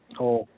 ꯑꯣ